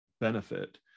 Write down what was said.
benefit